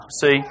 see